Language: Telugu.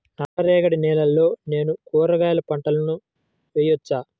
నల్ల రేగడి నేలలో నేను కూరగాయల పంటను వేయచ్చా?